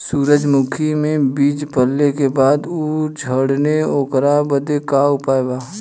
सुरजमुखी मे बीज पड़ले के बाद ऊ झंडेन ओकरा बदे का उपाय बा?